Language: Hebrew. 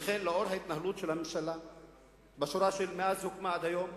לנוכח ההתנהלות של הממשלה מאז שהוקמה ועד היום,